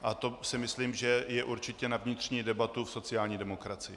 A to si myslím, že je určitě na vnitřní debatu v sociální demokracii.